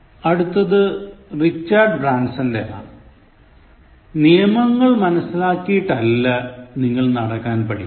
അടുത്തത് റിച്ചാർഡ് ബ്രൻസണിൻറെതാണ് "നിയമങ്ങൾ മനസ്സിലാക്കിയിട്ടല്ല നിങ്ങൾ നടക്കാൻ പഠിക്കുന്നത്